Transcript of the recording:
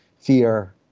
fear